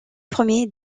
premiers